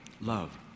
love